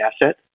asset